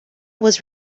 was